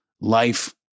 life